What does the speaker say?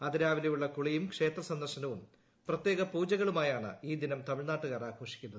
അതിരാവിലെയുള്ള കുളിയും ക്ഷേത്ര സന്ദർശനവും പ്രത്യേക്ക് പൂജകളുമാണ് ഈ ദിനം തമിഴ്നാട്ടുകാർ ആഘോഷിക്കുന്നത്